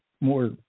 more